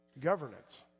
Governance